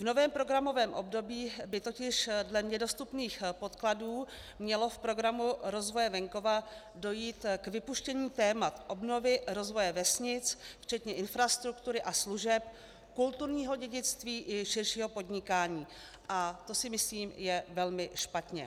V novém programovém období by totiž dle mně dostupných podkladů mělo v Programu rozvoje venkova dojít k vypuštění témat obnovy rozvoje vesnic včetně infrastruktury a služeb, kulturního dědictví i širšího podnikání a to si myslím, že je velmi špatně.